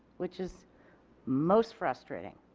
which is most frustrating.